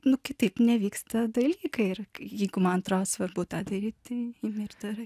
nu kitaip nevyksta dalykai ir jeigu man atrodo svarbu tą daryt tai imi ir darai